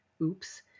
Oops